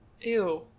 Ew